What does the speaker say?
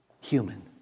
human